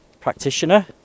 practitioner